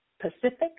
Pacific